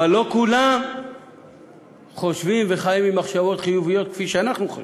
אבל לא כולם חושבים וחיים עם מחשבות חיוביות כפי שאנחנו חושבים.